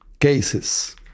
cases